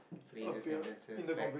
phrase sentences like